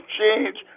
change